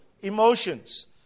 emotions